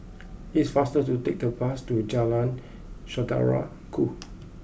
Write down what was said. it is faster to take the bus to Jalan Saudara Ku